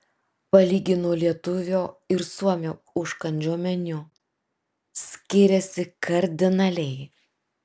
palygino lietuvio ir suomio užkandžių meniu skiriasi kardinaliai